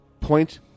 point